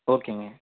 ஓகேங்க